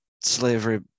slavery